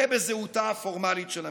ובזהותה הפורמלית של המדינה.